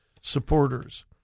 supporters